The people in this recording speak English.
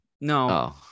no